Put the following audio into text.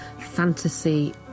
fantasy